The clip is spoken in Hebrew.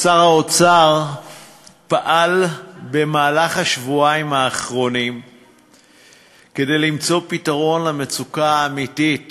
שר האוצר פעל בשבועיים האחרונים למצוא פתרון למצוקה האמיתית